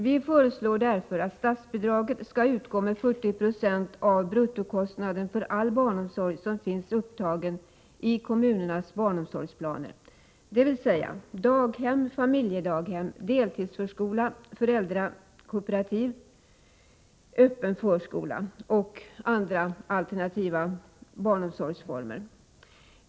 Vi föreslår därför att statsbidraget skall utgå med 40 26 av bruttokostnaden för all barnomsorg som finns upptagen i kommunernas barnomsorgsplaner — dvs. daghem, familjedaghem, deltidsförskola, föräldrakooperativ, öppen förskola och andra alternativa barnomsorgsformer.